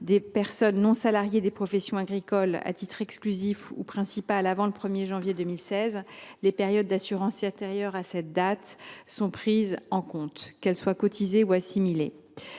des personnes non salariées des professions agricoles à titre exclusif ou principal avant le 1 janvier 2016, les périodes d’assurance antérieures à cette date sont prises en compte, qu’elles soient cotisées ou assimilées.